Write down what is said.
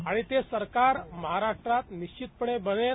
आणि ते सरकार महाराष्ट्रात निश्चित पणे बनेल